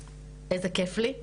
איזה כיף לי,